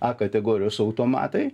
a kategorijos automatai